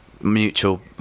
mutual